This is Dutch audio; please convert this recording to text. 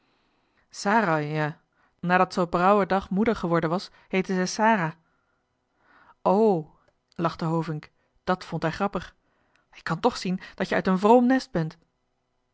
nadat ze op er ouwe dag moeder geworden was heette ze sara o lachte hovink dat vond hij grappig ik kan toch zien dat je uit een vroom nest ben